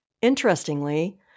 Interestingly